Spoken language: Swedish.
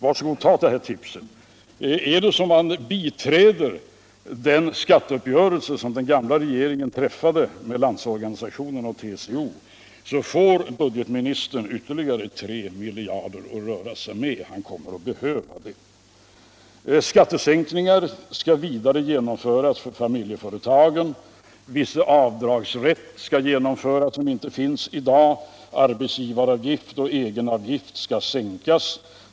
Var så god och ta det här tipset! Är det så att man biträder den skatteuppgörelse som den gamla regeringen träffade med Landsorganisationen och TCO får budgetministern yttorligare 3 miljarder att röra sig med. Ilan kommer att behöva det. Vidare skall skattesänkningar genomföras för familjeföretagen. Viss avdragsrätt som inte finns i dag skall införas. Arbetsgivaravgift och egenavgift skall sänkas.